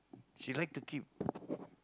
she like to keep